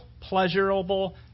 pleasurable